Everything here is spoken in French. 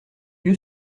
lieu